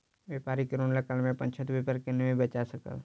व्यापारी कोरोना काल में अपन छोट व्यापार के नै बचा सकल